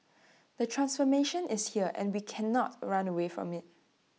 the transformation is here and we cannot run away from IT